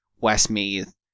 Westmeath